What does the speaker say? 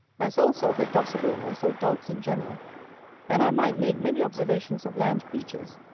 as also of the docibleness of dogs in general and i might make many observations of land-creatures,